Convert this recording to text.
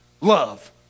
love